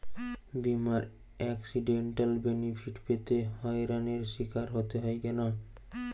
বিমার accidental benefit পেতে হয়রানির স্বীকার হতে হয় কেন?